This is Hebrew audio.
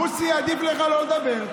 מוסי, עדיף לך לא לדבר.